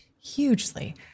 hugely